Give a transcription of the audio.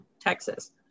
Texas